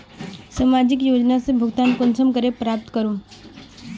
सामाजिक योजना से भुगतान कुंसम करे प्राप्त करूम?